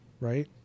right